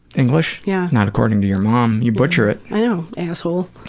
english? yeah not according to your mom. you butcher it. i know. asshole.